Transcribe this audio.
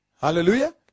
Hallelujah